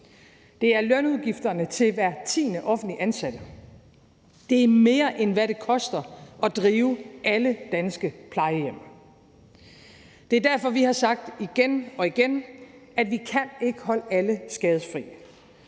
Det er lønudgifterne til hver tiende offentligt ansatte. Det er mere, end hvad det koster at drive alle danske plejehjem. Det er derfor, vi har sagt – igen og igen – at vi ikke kan holde alle skadefri.